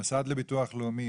המוסד לביטוח לאומי.